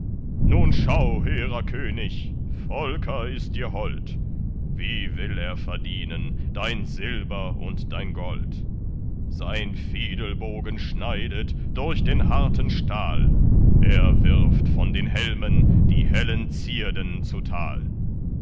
nun schau hehrer könig volker ist dir hold wie will er verdienen dein silber und dein gold sein fiedelbogen schneidet durch den harten stahl er wirft von den helmen die hellen zierden zutal